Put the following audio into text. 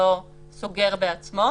לא סוגר בעצמו.